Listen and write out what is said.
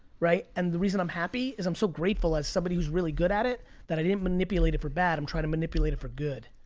right? and the reason i'm happy is i'm so grateful as somebody who's really good at it that i didn't manipulate it for bad. i'm trying to manipulate it for good.